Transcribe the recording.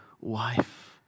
wife